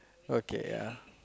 okay ya